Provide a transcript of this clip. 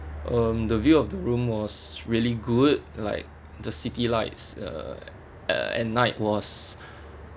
um the view of the room was really good like the city lights uh at night was